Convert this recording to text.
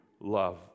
love